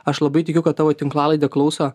aš labai tikiu kad tavo tinklalaidę klauso